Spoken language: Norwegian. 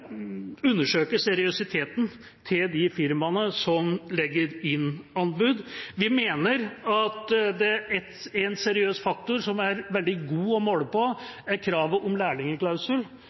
undersøker seriøsiteten til de firmaene som legger inn anbud. Vi mener at en seriøs faktor som er veldig god å måle på, er kravet om